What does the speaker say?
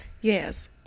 yes